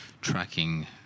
tracking